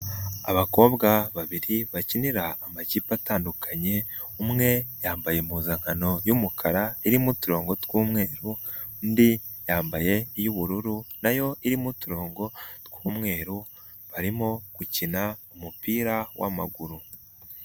Abakobwa babiri bakinira amakipe atandukanye, umwe yambaye impuzankan y,umukara, irimo uturongo tw'umweru, undi yambaye iy'ubururu nayo irimo uturongo tw'umweru, barimo gukina umupira w'amaguru.